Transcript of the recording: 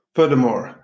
Furthermore